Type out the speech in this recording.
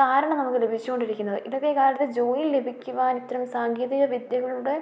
കാരണം നമുക്ക് ലഭിച്ചു കൊണ്ടിരിക്കുന്നത് ഇന്നത്തെ കാലത്ത് ജോലി ലഭിക്കുവാൻ ഇത്തരം സാങ്കേതിക വിദ്യകളുടെ